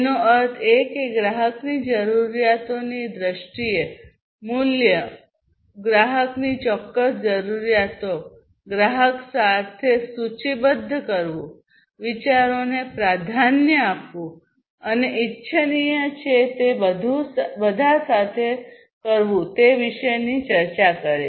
એનો અર્થ એ કે ગ્રાહકની જરૂરિયાતોની દ્રષ્ટિએ મૂલ્ય મૂલ્ય ગ્રાહકની ચોક્કસ જરૂરિયાતો ગ્રાહક સાથે સૂચિબદ્ધ કરવું વિચારોને પ્રાધાન્ય આપવું અને ઇચ્છનીય છે તે બધું સાથે કરવું તે વિશેની ચર્ચા કરો